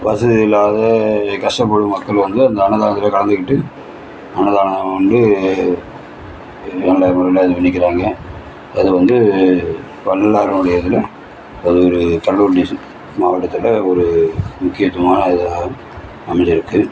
வசதி இல்லாத கஷ்டப்படும் மக்கள் வந்து அந்த அன்னதானத்தில் கலந்துக்கிட்டு அன்னதானம் வந்து நல்ல முறையில் இது பண்ணிக்கிறாங்க அதுவந்து வள்ளலாருடைய இதில் அது ஒரு கடலுார் டிஸ்டிக் மாவட்டத்தில் ஒரு முக்கியத்துவமான இதாக அமைஞ்சிருக்கு